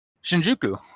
Shinjuku